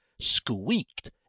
squeaked